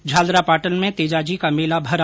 झालरापाटन में तेजाजी का मेला भरा